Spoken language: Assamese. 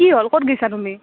কি হ'ল ক'ত গেছা তুমি